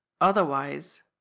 Otherwise